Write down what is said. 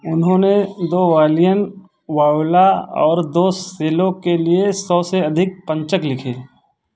उन्होंने दो वायलिन वाला और दो सेलो के लिए सौ से अधिक पंचक लिखे